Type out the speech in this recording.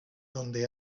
donde